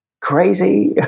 crazy